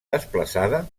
desplaçada